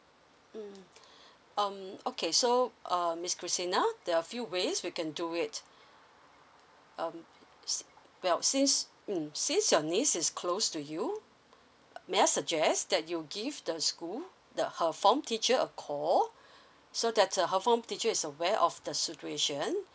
mm um okay so um miss christina there are a few ways we can do it um is well since mm since your niece is close to you uh may I suggest that you give the school the her form teacher a call so that uh her form teacher is aware of the situation